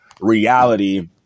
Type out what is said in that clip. Reality